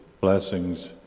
blessings